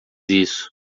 isso